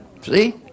see